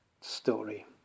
story